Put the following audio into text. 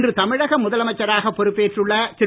இன்று தமிழக முதலமைச்சராக பொறுப்பேற்றுள்ள திரு